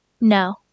no